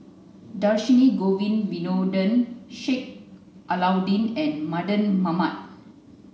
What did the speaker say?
Dhershini Govin Winodan Sheik Alau'ddin and Mardan Mamat